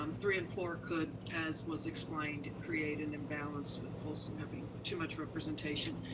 um three and four could, as was explained, create an imbalance, with folsom having too much representation.